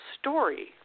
story